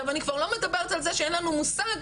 אז אומנם יש ירידה גם אצל קבוצת האוכלוסייה הזאת,